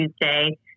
Tuesday